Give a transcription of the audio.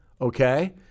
okay